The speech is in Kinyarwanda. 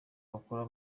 bakora